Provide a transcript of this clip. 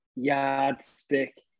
yardstick